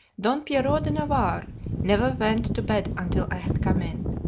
don-pierrot-de-navarre never went to bed until i had come in.